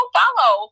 follow